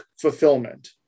fulfillment